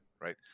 right